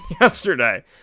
yesterday